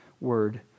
word